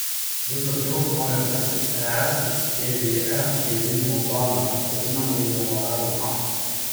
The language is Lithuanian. visos jos nori atmesti es ir tvf gaivinimo planą vadinamąjį memorandumą